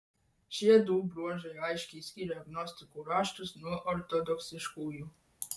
šiedu bruožai aiškiai skiria gnostikų raštus nuo ortodoksiškųjų